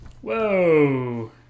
Whoa